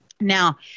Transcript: Now